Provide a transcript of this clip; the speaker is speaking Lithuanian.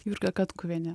jurga katkuvienė